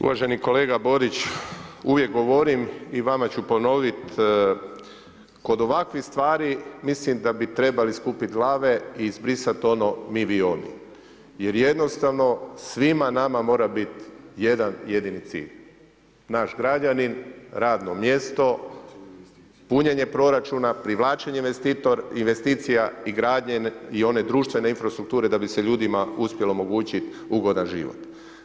Uvaženi kolega Borić, uvijek govorim i vama ću ponovit, kod ovakvih stvari mislim da bi trebali skupiti glave i izbrisati ono mi, vi, oni jer jednostavno svima nama mora biti jedan jedini cilj naš građanin, radno mjesto, punjenje proračuna, privlačenje investicija i gradnje i one društvene infrastrukture da bi se ljudima uspjelo omogućiti ugodan život.